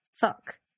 Fuck